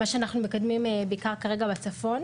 ומקדמים כרגע בעיקר בצפון